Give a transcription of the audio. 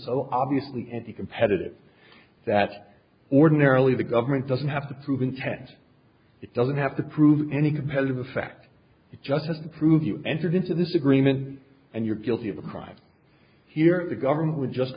so obviously at the competitive that ordinarily the government doesn't have to prove intent it doesn't have to prove any competitive effect it just doesn't prove you entered into this agreement and you're guilty of a crime here the government would just